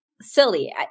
silly